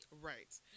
Right